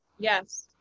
Yes